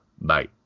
Bye